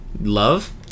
Love